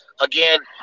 Again